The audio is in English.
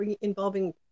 involving